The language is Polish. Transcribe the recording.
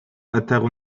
eteru